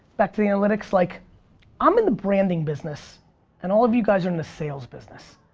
back to the analytics, like i'm in the branding business and all of you guys are in the sales business.